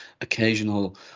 occasional